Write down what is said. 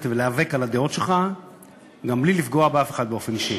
ולהיאבק על הדעות שלך גם בלי לפגוע באף אחד באופן אישי,